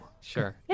sure